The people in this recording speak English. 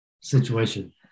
situation